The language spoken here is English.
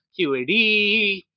qad